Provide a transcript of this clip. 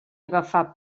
agafar